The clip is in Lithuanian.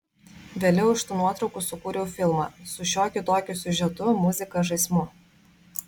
vėliau iš tų nuotraukų sukūriau filmą su šiokiu tokiu siužetu muzika žaismu